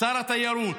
שר התיירות,